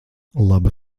laba